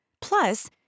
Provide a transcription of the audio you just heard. Plus